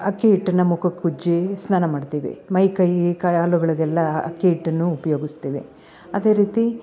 ಅಕ್ಕಿ ಹಿಟ್ಟನ್ನು ಮುಖಕ್ ಉಜ್ಜಿ ಸ್ನಾನ ಮಾಡ್ತಿವಿ ಮೈ ಕೈಯಿ ಕಾಲುಗಳಿಗೆಲ್ಲ ಅಕ್ಕಿ ಹಿಟ್ಟನ್ನೂ ಉಪಯೋಗಸ್ತಿವಿ ಅದೇ ರೀತಿ